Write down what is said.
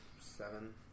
Seven